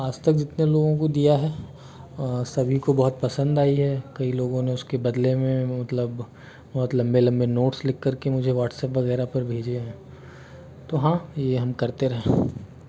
आज तक जितने लोगों को दिया है सभी को बहुत पसंद आई है कई लोगों ने उसके बदले मे मतलब बहुत लंबे लंबे नोट्स लिखकर के मुझे व्हाट्सएप वगैरह पर भेजें है तो हाँ ये हम करते रहे है